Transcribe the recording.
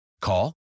Call